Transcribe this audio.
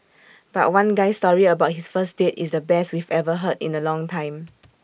but one guy's story about his first date is the best we've heard in A long time